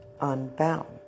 unbound